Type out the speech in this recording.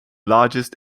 largest